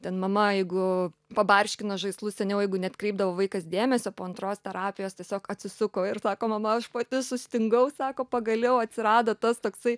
ten mama jeigu pabarškino žaislu seniau jeigu neatkreipdavo vaikas dėmesio po antros terapijos tiesiog atsisuko ir sako mama aš pati sustingau sako pagaliau atsirado tas toksai